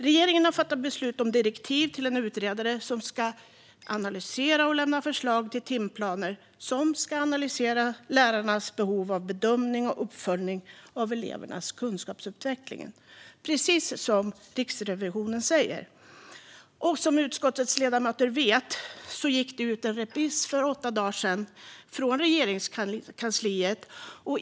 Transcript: Regeringen har fattat beslut om direktiv till en utredare som ska analysera och lämna förslag till timplaner samt analysera lärares behov vid bedömning och uppföljning av elevers kunskapsutveckling, precis som Riksrevisionen säger. Som utskottets ledamöter vet gick det ut en remiss från Regeringskansliet för åtta dagar sedan.